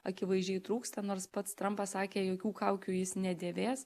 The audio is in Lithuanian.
akivaizdžiai trūksta nors pats trampas sakė jokių kaukių jis nedėvės